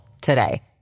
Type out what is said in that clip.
today